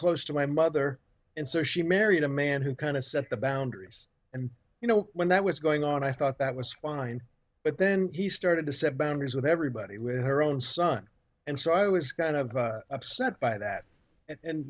close to my mother and so she married a man who kind of set the boundaries and you know when that was going on i thought that was fine but then he started to set boundaries with everybody with her own son and so i was kind of upset by that and